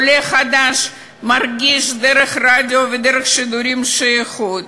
עולה חדש מרגיש דרך הרדיו ודרך השידורים שייכות.